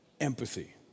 empathy